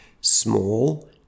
small